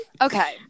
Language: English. Okay